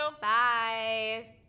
Bye